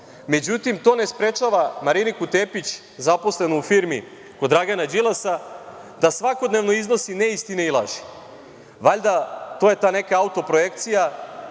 to ne sprečava Mariniku Tepić, zaposlenu u firmi kod Dragana Đilasa, da svakodnevno iznosi neistine i laži. Valjda to je ta neka autoprojekcija.